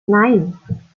nein